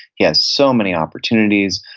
he has so many opportunities,